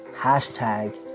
hashtag